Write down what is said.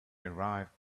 arrived